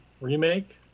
remake